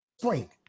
spring